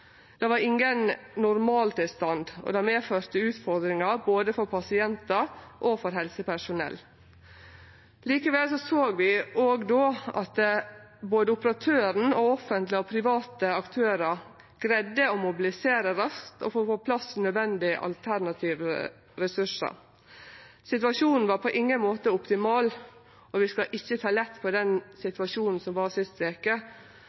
Det var ingen normaltilstand, og det medførte utfordringar både for pasientar og for helsepersonell. Likevel såg vi òg då at både operatøren og offentlege og private aktørar greidde å mobilisere raskt og få på plass naudsynte alternative ressursar. Situasjonen var på ingen måte optimal, og vi skal ikkje ta lett på den situasjonen som var sist veke,